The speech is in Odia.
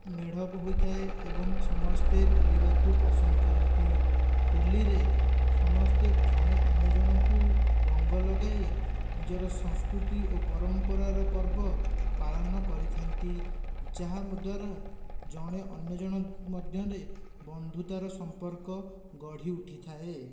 ମେଢ଼ ହୋଇଥାଏ ଏବଂ ସମସ୍ତେ ବୁଲିବାକୁ ପସନ୍ଦ କରନ୍ତି ହୋଲିରେ ସମସ୍ତେ ଜଣେ ଅନ୍ୟ ଜଣଙ୍କୁ ରଙ୍ଗ ଲଗାଇ ନିଜର ସଂସ୍କୃତି ଓ ପରମ୍ପରାର ପର୍ବ ପାଳନ କରିଥାନ୍ତି ଯାହାଦ୍ୱାରା ଜଣେ ଅନ୍ୟ ଜଣ ମଧ୍ୟରେ ବନ୍ଧୁତାର ସମ୍ପର୍କ ଗଢ଼ି ଉଠିଥାଏ